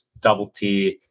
double-tier